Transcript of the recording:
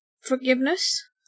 forgiveness